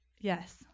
Yes